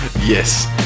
yes